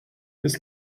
bis